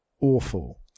Awful